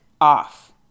off